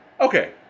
Okay